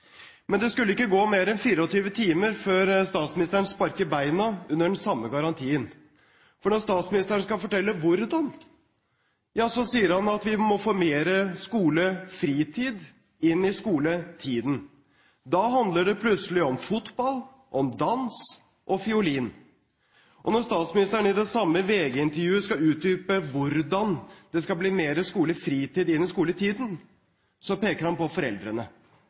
Men det skulle ikke gå mer enn 24 timer før statsministeren sparker bena under den samme garantien. For når statsministeren skal fortelle hvordan, sier han at vi må få mer skolefritid inn i skoletiden. Da handler det plutselig om fotball, om dans og fiolin. Når statsministeren i det samme VG-intervjuet skal utdype hvordan det skal bli mer fritid innen skoletiden, peker han på foreldrene.